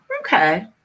okay